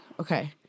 okay